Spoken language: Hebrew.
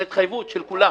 זו התחייבו של כולם.